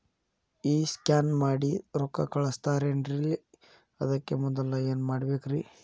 ಈ ಸ್ಕ್ಯಾನ್ ಮಾಡಿ ರೊಕ್ಕ ಕಳಸ್ತಾರಲ್ರಿ ಅದಕ್ಕೆ ಮೊದಲ ಏನ್ ಮಾಡ್ಬೇಕ್ರಿ?